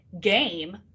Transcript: game